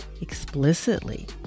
explicitly